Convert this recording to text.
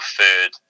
third